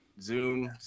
Zoom